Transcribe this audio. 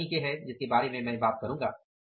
कई तकनीके हैं जिसके बारे में मैं बात करूंगा